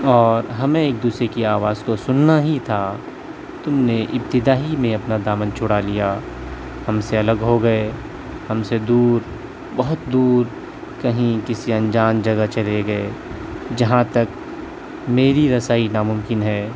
اور ہمیں ایک دوسرے کی آواز کو سننا ہی تھا تم نے ابتدا ہی میں اپنا دامن چھڑا لیا ہم سے الگ ہو گئے ہم سے دور بہت دور کہیں کسی انجان جگہ چلے گئے جہاں تک میری رسائی نا ممکن ہے